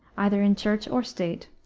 either in church or state,